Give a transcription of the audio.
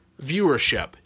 viewership